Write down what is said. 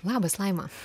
labas laima